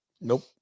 nope